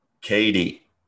Katie